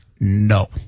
No